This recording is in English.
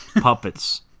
puppets